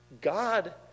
God